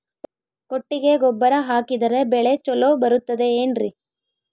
ಕೊಟ್ಟಿಗೆ ಗೊಬ್ಬರ ಹಾಕಿದರೆ ಬೆಳೆ ಚೊಲೊ ಬರುತ್ತದೆ ಏನ್ರಿ?